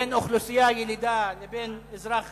לבין אזרח